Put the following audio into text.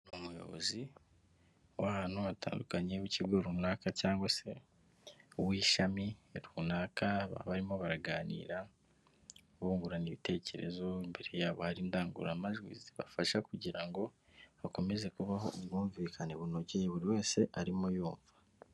Umuyobozi w'ahantu hatandukanye w'ikigo runaka cyangwa se w'ishami runaka bakaba barimo baraganira bungurana ibitekerezo, imbere yabo hari indangururamajwi zibafasha kugira ngo hakomeze kubaho ubwumvikane bunogeye buri wese arimo yumva.